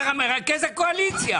אתה מרכז הקואליציה.